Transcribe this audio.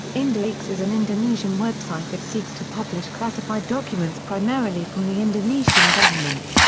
indoleaks is an indonesian website that seeks to publish classified documents primarily from the indonesian government.